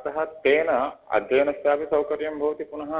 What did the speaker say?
अतः तेन अध्ययनस्यापि सौकर्यं भवति पुनः